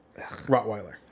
Rottweiler